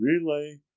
relay